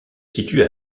situe